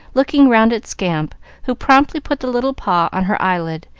looking round at scamp, who promptly put the little paw on her eyelid,